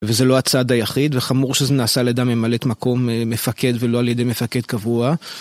וזה לא הצעד היחיד, וחמור שזה נעשה על ידי ממלאת מקום מפקד ולא על ידי מפקד קבוע.